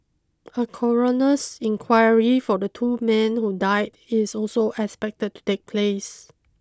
a coroner's inquiry for the two men who died is also expected to take place